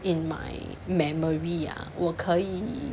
in my memory ah 我可以